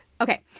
okay